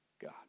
God